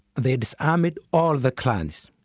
they disarmed all the clans,